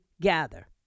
gather